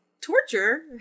torture